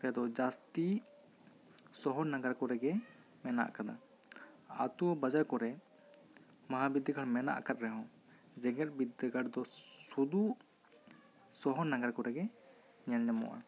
ᱨᱮᱫᱚ ᱡᱟᱹᱥᱛᱤ ᱥᱚᱦᱚᱨ ᱱᱟᱜᱟᱨ ᱠᱚᱨᱮ ᱜᱮ ᱢᱮᱱᱟᱜ ᱟᱠᱟᱫᱟ ᱟᱛᱳ ᱵᱟᱡᱟᱨ ᱠᱚᱨᱮ ᱢᱚᱦᱟ ᱵᱤᱫᱽᱫᱟᱹᱜᱟᱲ ᱢᱮᱱᱟᱜ ᱟᱠᱟᱫ ᱨᱮᱦᱚᱸ ᱡᱮᱜᱮᱫ ᱵᱤᱫᱽᱫᱟᱹᱜᱟᱲ ᱫᱚ ᱥᱩᱫᱷᱩ ᱥᱚᱦᱚᱨ ᱱᱟᱜᱟᱨ ᱠᱚᱨᱮ ᱜᱮ ᱧᱮᱞ ᱧᱟᱢᱚᱜᱼᱟ